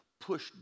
push